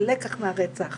כלקח מהרצח